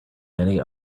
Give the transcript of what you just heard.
many